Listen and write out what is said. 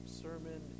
sermon